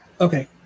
Okay